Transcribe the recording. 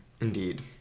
indeed